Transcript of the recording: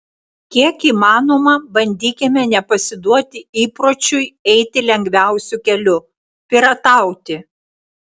kiek įmanoma bandykime nepasiduoti įpročiui eiti lengviausiu keliu piratauti